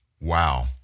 Wow